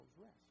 rest